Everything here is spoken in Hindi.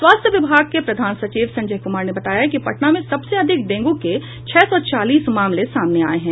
स्वास्थ्य विभाग के प्रधान सचिव संजय कुमार ने बताया है कि पटना में सबसे अधिक डेंगू के छह सौ चालीस मामले सामने आये हैं